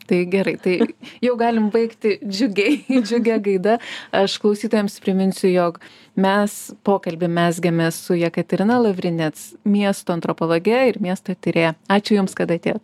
tai gerai tai jau galime baigti džiugiai džiugia gaida aš klausytojams priminsiu jog mes pokalbį mezgėme su jekaterina lavrinec miesto antropologe ir miesto tyrėja ačiū jums kad atėjot